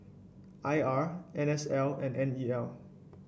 I R N S L and N E L